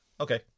Okay